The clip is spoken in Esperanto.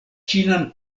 ĉinan